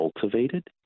cultivated